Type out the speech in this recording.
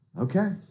Okay